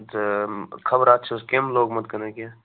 خَبر اَتھ چھُ حظ کیٛوٚم لوٚگمُت کِنہٕ کیٚنٛہہ